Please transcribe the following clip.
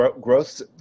growth